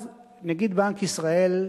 אז נגיד בנק ישראל,